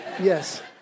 Yes